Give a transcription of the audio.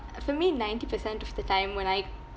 for me ninety percent of the time when I